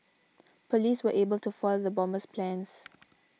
police were able to foil the bomber's plans